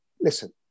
listen